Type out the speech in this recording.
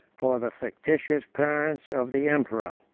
or the fictitious parents of the emperor.